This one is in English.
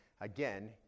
Again